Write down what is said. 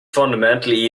fundamentally